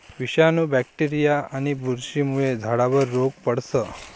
विषाणू, बॅक्टेरीया आणि बुरशीमुळे झाडावर रोग पडस